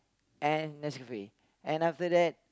and Nescafe and after that